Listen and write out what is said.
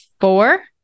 four